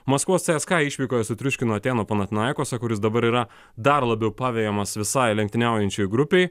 maskvos cska išvykoje sutriuškino atėnų panathinaikos kuris dabar yra dar labiau pavejamas visai lenktyniaujančiai grupei